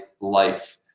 life